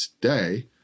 today